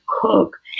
cook